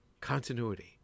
continuity